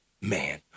man